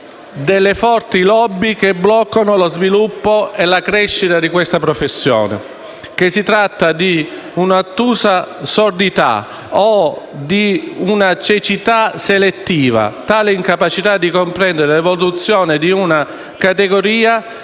delle forti *lobby* che bloccano lo sviluppo e la crescita di questa professione. Si tratta di un'ottusa sordità o di una cecità selettiva; tale incapacità di comprendere l'evoluzione di una categoria